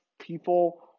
people